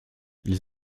ils